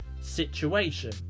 situation